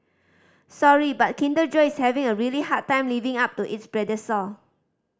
sorry but Kinder Joy is having a really hard time living up to its predecessor